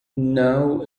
now